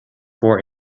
for